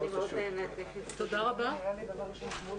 ננעלה בשעה